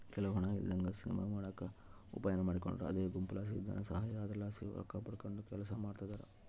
ಕೆಲವ್ರು ಹಣ ಇಲ್ಲದಂಗ ಸಿನಿಮಾ ಮಾಡಕ ಒಂದು ಉಪಾಯಾನ ಮಾಡಿಕೊಂಡಾರ ಅದೇ ಗುಂಪುಲಾಸಿ ಧನಸಹಾಯ, ಅದರಲಾಸಿ ರೊಕ್ಕಪಡಕಂಡು ಕೆಲಸ ಮಾಡ್ತದರ